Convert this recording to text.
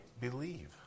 believe